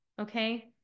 okay